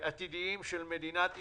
עתידיים של מדינת ישראל.